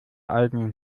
eigenen